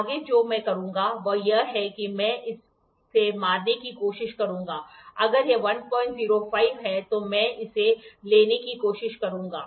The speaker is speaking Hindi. आगे जो मैं करूंगा वह यह है कि मैं इसे मारने की कोशिश करूंगा अगर यह 104 है तो मैं इसे लेने की कोशिश करूंगा